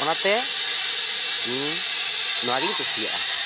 ᱚᱱᱟᱛᱮ ᱤᱧ ᱱᱚᱣᱟ ᱜᱤᱧ ᱠᱩᱥᱤᱭᱟᱜᱼᱟ